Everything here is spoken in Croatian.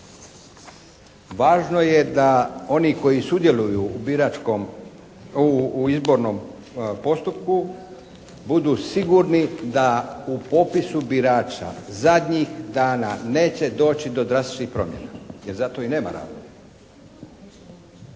Važno je da oni koji sudjeluju u biračkom, u izbornom postupku budu sigurni da u popisu birača zadnjih dana neće doći do drastičnih promjena jer za to i nema razloga.